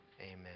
amen